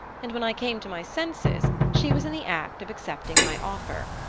and when i came to my senses she was in the act of accepting my offer.